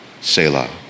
Selah